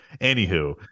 Anywho